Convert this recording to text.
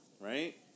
Right